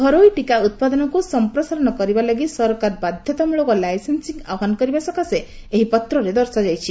ଘରୋଇ ଟିକା ଉତ୍ପାଦନକୁ ସମ୍ପ୍ରସାରଣ କରିବା ପାଇଁ ସରକାର ବାଧ୍ୟତାମୂଳକ ଲାଇସେନ୍ସିଂ ଆହ୍ୱାନ କରିବା ସକାଶେ ଏହିପତ୍ରରେ ଦର୍ଶାଯାଇଛି